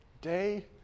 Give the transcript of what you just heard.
day